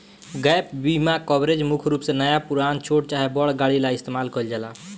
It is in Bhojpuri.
गैप बीमा कवरेज मुख्य रूप से नया पुरान, छोट चाहे बड़ गाड़ी ला इस्तमाल कईल जाला